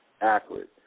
accurate